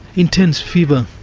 intense fever.